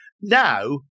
now